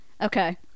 Okay